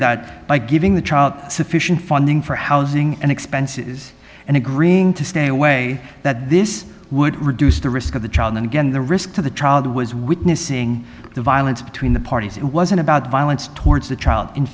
that by giving the child sufficient funding for housing and expenses and agreeing to stay away that this would reduce the risk of the child and again the risk to the child was witnessing the violence between the parties it wasn't about violence towards the child in